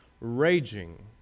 raging